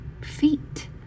feet